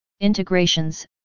integrations